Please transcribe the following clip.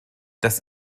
das